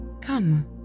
Come